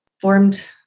formed